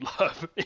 Love